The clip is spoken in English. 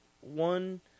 One